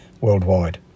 worldwide